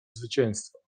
zwycięstwa